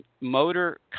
motor